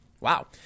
wow